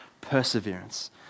perseverance